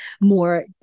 more